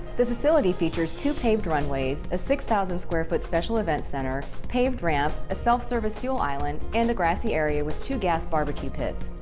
the facility features two paved runways, a six thousand square-foot special events center, paved ramp, a self-service fuel island, and a grassy area with two gas barbecue pits.